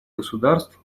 государств